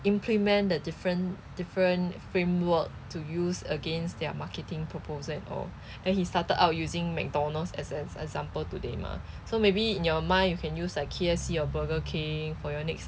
implement the different different framework to use against their marketing proposal and all then he started out using mcdonald's as an example today mah so maybe in your mind you can use like K_F_C or burger king for your next